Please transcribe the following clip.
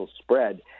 spread